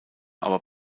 aber